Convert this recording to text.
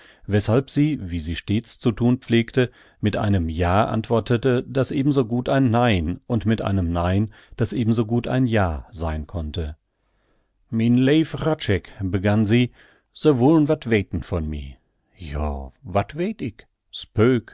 weshalb sie wie sie stets zu thun pflegte mit einem ja antwortete das ebenso gut ein nein und mit einem nein das ebenso gut ein ja sein konnte mien leew hradscheck begann sie se wullen wat weten von mi